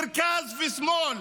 מרכז ושמאל,